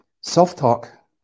self-talk